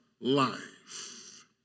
life